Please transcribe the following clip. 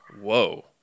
Whoa